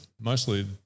mostly